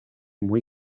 muy